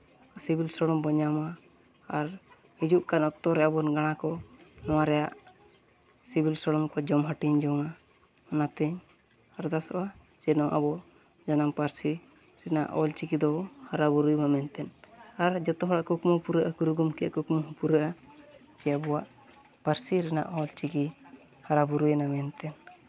ᱥᱤᱵᱤᱞ ᱥᱚᱲᱚᱢ ᱵᱚᱱ ᱧᱟᱢᱟ ᱟᱨ ᱦᱤᱡᱩᱜ ᱠᱟᱱ ᱚᱠᱛᱚ ᱨᱮ ᱟᱵᱚᱨᱮᱱ ᱜᱟᱬᱟ ᱠᱚ ᱱᱚᱣᱟ ᱨᱮᱭᱟᱜ ᱥᱤᱵᱤᱞ ᱥᱚᱲᱚᱢ ᱠᱚ ᱡᱚᱢ ᱦᱟᱹᱴᱤᱧ ᱡᱚᱝᱼᱟ ᱚᱱᱟᱛᱮ ᱟᱨᱫᱟᱥᱚᱜᱼᱟ ᱡᱮ ᱟᱵᱚ ᱡᱟᱱᱟᱢ ᱯᱟᱹᱨᱥᱤ ᱨᱮᱭᱟᱜ ᱚᱞ ᱪᱤᱠᱤ ᱫᱚ ᱦᱟᱨᱟᱼᱵᱩᱨᱩᱭ ᱢᱟ ᱢᱮᱱᱛᱮ ᱟᱨ ᱡᱚᱛᱚ ᱦᱚᱲᱟᱜ ᱠᱩᱠᱢᱩ ᱯᱩᱨᱟᱹᱜᱼᱟ ᱜᱩᱨᱩ ᱜᱚᱢᱠᱮᱭᱟᱜ ᱠᱩᱠᱢᱩ ᱦᱚᱸ ᱯᱩᱨᱟᱹᱜᱼᱟ ᱪᱮ ᱟᱵᱚᱣᱟᱜ ᱯᱟᱹᱨᱥᱤ ᱨᱮᱱᱟᱜ ᱚᱞ ᱪᱤᱠᱤ ᱦᱟᱨᱟᱼᱵᱩᱨᱩᱭᱮᱱᱟ ᱢᱮᱱᱛᱮ